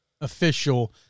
official